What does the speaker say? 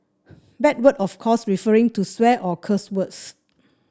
bad word of course referring to swear or cuss words